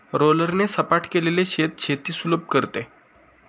रोलरने सपाट केलेले शेत शेती सुलभ करते